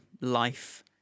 life